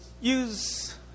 use